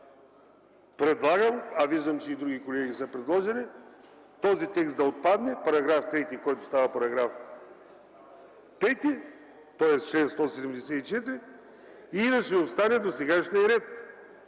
предлагам, а виждам, че и други колеги са предложили – този текст да отпадне, § 3, който става § 5, тоест чл. 174 и да си остане досегашният ред.